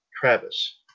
Travis